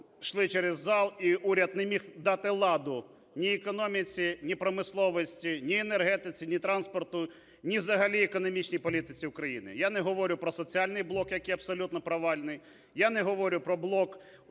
провально йшли через зал, і уряд не міг дати ладу ні економіці, ні промисловості, ні енергетиці, ні транспорту, ні взагалі економічній політиці України. Я не говорю про соціальний блок, який абсолютно провальний,